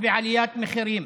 אתה מפריע לי